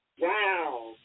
Wow